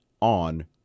on